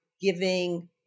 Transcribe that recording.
giving